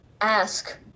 ask